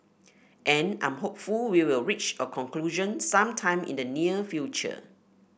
and I'm hopeful we will reach a conclusion some time in the near future